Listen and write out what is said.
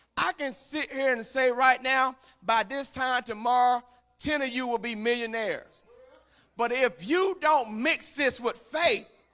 i can sit here and say right now by this time tomorrow ten of you will be millionaires but if you don't mix this with faith,